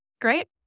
Great